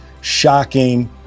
shocking